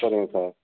சரிங்க சார்